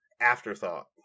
Afterthought